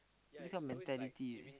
this kind of mentality